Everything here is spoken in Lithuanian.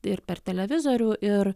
ir per televizorių ir